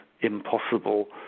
impossible